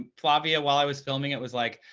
ah flavia, while i was filming it, was like,